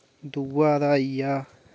दूआ दा आई गेआ